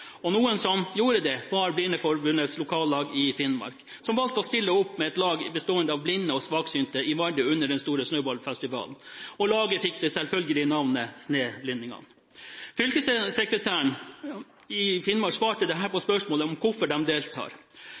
Og noen som gjorde det, var Blindeforbundets lokallag i Finnmark, som valgte å stille med et lag bestående av blinde og svaksynte i Vardø under den store snøballfestivalen. Laget fikk det selvfølgelige navnet «Sneblindingan». Fylkessekretæren i Finnmark svarte dette på spørsmålet om hvorfor de deltar: